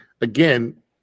again